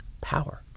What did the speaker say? power